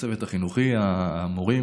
מורים,